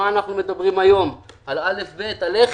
אנחנו מדברים היום על לחם.